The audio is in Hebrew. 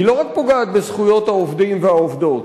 היא לא רק פוגעת בזכויות העובדים והעובדות,